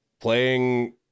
playing